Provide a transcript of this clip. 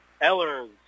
Eller's